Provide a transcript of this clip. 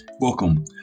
Welcome